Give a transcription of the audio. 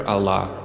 Allah